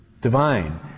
divine